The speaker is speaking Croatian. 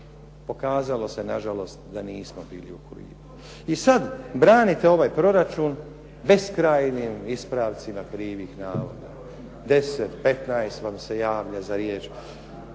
Pokazalo se nažalost da nismo bili u krivu. I sad branite ovaj proračun beskrajnim ispravcima krivih navoda. 10, 15 vas se javlja za riječ,